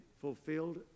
fulfilled